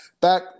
back